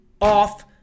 off